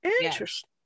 Interesting